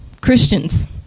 Christians